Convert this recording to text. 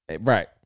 Right